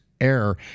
air